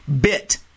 bit